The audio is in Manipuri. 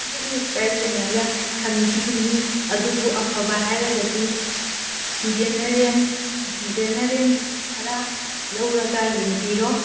ꯕꯨꯛ ꯂꯤꯁꯇ ꯌꯦꯡꯉꯒ ꯈꯪꯕꯤꯅꯤ ꯑꯗꯨꯕꯨ ꯑꯐꯕ ꯍꯥꯏꯔꯒꯗꯤ ꯖꯦꯅꯔꯦꯟ ꯖꯦꯅꯔꯦꯟ ꯈꯔ ꯂꯧꯔꯒ ꯌꯦꯡꯕꯤꯔꯣ